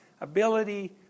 ability